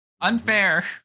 Unfair